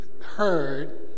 heard